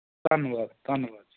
ਧੰਨਵਾਦ ਧੰਨਵਾਦ ਜੀ